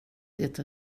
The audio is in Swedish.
det